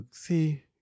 see